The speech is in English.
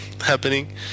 happening